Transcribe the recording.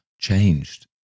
changed